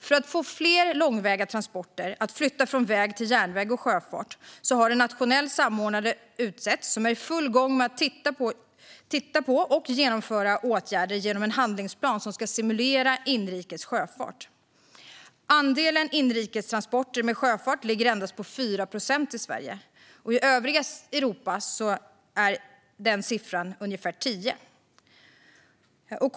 För att få fler långväga transporter att flytta från väg till järnväg och sjöfart har en nationell samordnare utsetts som är i full gång med att titta på och vidta åtgärder genom en handlingsplan som ska stimulera inrikes sjöfart. Andelen inrikes transporter med sjöfart ligger på endast 4 procent i Sverige. I övriga Europa är andelen ungefär 10 procent.